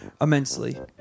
immensely